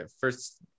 first